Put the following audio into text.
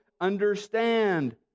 understand